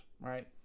right